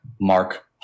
Mark